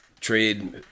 trade